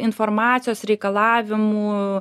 informacijos reikalavimų